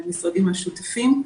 המשרדים השותפים.